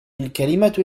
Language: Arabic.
الكلمة